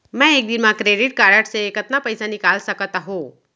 मैं एक दिन म क्रेडिट कारड से कतना पइसा निकाल सकत हो?